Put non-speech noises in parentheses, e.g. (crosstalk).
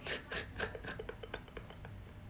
(laughs)